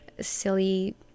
Silly